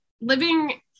living